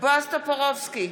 בועז טופורובסקי,